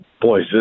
boys